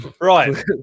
Right